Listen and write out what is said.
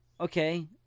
okay